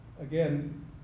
again